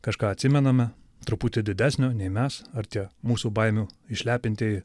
kažką atsimename truputį didesnio nei mes ar tie mūsų baimių išlepintieji